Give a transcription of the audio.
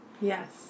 yes